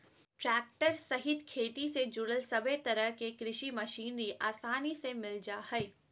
tractor सहित खेती से जुड़ल सभे तरह के कृषि मशीनरी आसानी से मिल जा हइ